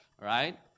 right